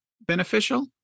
beneficial